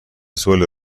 suele